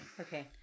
Okay